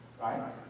Right